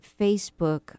Facebook